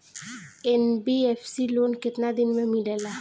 NBFC loan केतना दिन मे मिलेला?